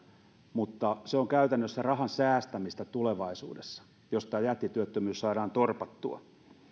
mutta se on käytännössä rahan säästämistä tulevaisuudessa jos tämä jättityöttömyys saadaan torpattua